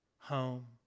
home